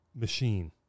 machine